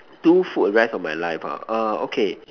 two food rest of my life ah err okay